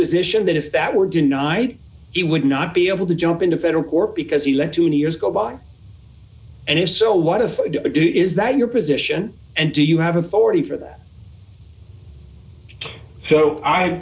position that if that were denied he would not be able to jump into federal court because he let too many years go by and if so what is it is that your position and do you have authority for that so i